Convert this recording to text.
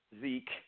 Zeke